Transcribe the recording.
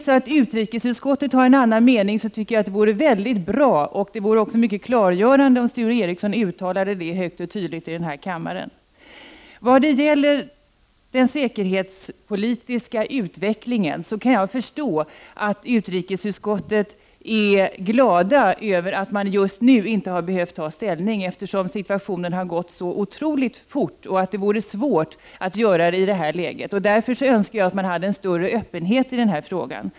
Har utrikesutskottet en annan mening tycker jag det vore väldigt bra och mycket klargörande om Sture Ericson uttalade detta högt och tydligt i denna kammare. Vad gäller den säkerhetspolitiska utvecklingen kan jag förstå att man i utrikesutskottet är glad över att man inte just nu har behövt ta ställning. Situationen har ändrats så otroligt fort. Det vore svårt att ta ställning i detta läge. Därför önskar jag att man hade större öppenhet i denna fråga.